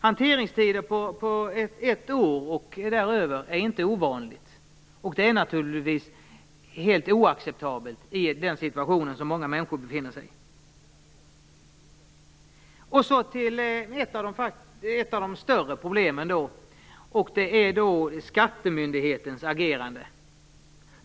Hanteringstider på ett år och däröver är inte ovanliga, och det är naturligtvis helt oacceptabelt i den situation som många människor befinner sig i. Så till ett av de större problemen: skattemyndighetens agerande.